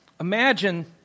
Imagine